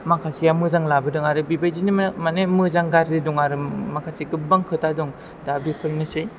माखासेया मोजां लाबोदों आरो बेबादिनो माने मोजां गाज्रि दं आरो माखासे गोबां खोथा दं दा बेफोरनोसै